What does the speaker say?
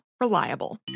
Reliable